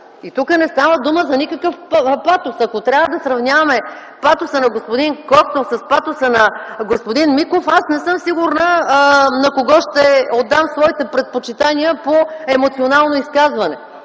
Тук не става въпрос за никакъв патос. Ако трябва да сравняваме патоса на господин Костов с патоса на господин Миков, аз не съм сигурна на кого ще отдам своите предпочитания по емоционално изказване.